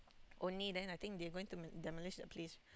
only then I think they going to demolish the place